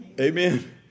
Amen